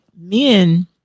men